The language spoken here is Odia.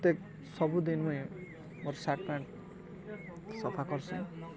ପ୍ରତ୍ୟେକ ସବୁଦିନ ମୁଇଁ ମୋର ସାର୍ଟ ପ୍ୟାଣ୍ଟ୍ ସଫା କର୍ସି